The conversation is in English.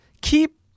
Keep